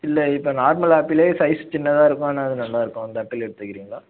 இல்லை இப்போ நார்மல் ஆப்பிளே சைஸ் சின்னதாக இருக்கும் ஆனால் அது நல்லா இருக்கும் அந்த ஆப்பிள் எடுத்துக்கிறீங்களா